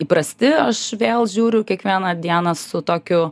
įprasti aš vėl žiūriu kiekvieną dieną su tokiu